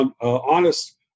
honest